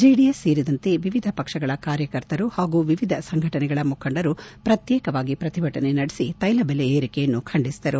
JDS ಸೇರಿದಂತೆ ವಿವಿಧ ಪಕ್ಷಗಳ ಕಾರ್ಯಕರ್ತರು ಹಾಗೂ ವಿವಿಧ ಸಂಘಟನೆಗಳ ಮುಖಂಡರು ಪ್ರತ್ಯೇಕವಾಗಿ ಪ್ರತಿಭಟನೆ ನಡೆಸಿ ತೈಲ ಬೆಲೆ ಏರಿಕೆಯನ್ನು ಖಂಡಿಸಿದರು